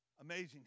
Amazing